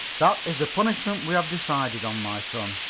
that is the punishment we have decided on, my son.